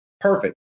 Perfect